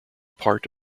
part